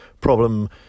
problem